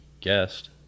guest